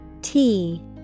-T